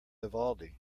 vivaldi